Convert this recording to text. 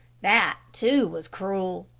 that, too, was cruel.